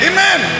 Amen